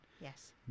Yes